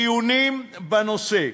דיונים בנושא.